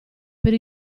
per